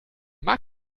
mag